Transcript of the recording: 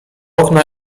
okna